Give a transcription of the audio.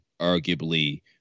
arguably